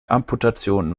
amputation